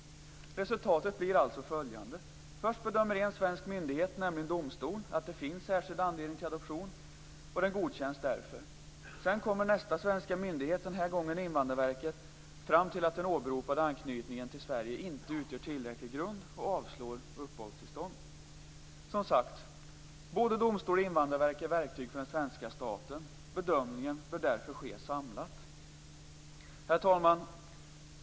Resultatet blir alltså följande: Först bedömer en svensk myndighet, nämligen domstol, att det "finns särskild anledning till adoptionen", och den godkänns därför. Sedan kommer nästa svenska myndighet, den här gången Invandrarverket, fram till att den åberopade anknytningen till Sverige inte utgör tillräcklig grund och avslår begäran om uppehållstillstånd. Som sagt, både domstolen och Invandrarverket är verktyg för den svenska staten, bedömningen bör därför ske samlat. Herr talman!